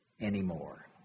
anymore